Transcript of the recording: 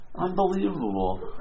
Unbelievable